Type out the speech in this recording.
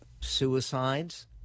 suicides